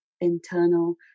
internal